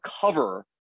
cover